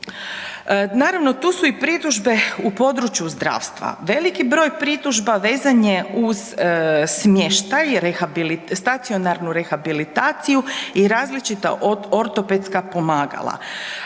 Naravno, tu su i pritužbe u području zdravstva. Veliki broj pritužba vezan je uz smještaj i stacionarnu rehabilitaciju i različita ortopedska pomagala.